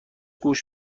گوش